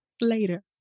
later